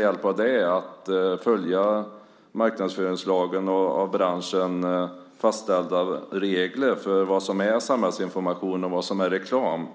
hjälp av den tvingas att följa marknadsföringslagen och av branschen fastställda regler för vad som är samhällsinformation och vad som är reklam.